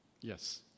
Yes